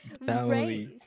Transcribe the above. raise